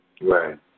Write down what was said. Right